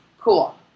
Cool